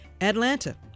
Atlanta